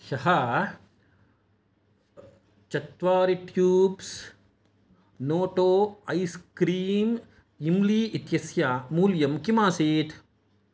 ह्यः चत्वारि ट्यूब्स् नोटो ऐस् क्रीम् इम्लि इत्यस्य मूल्यं किम् आसीत्